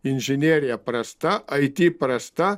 inžinerija prasta it prasta